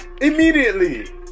immediately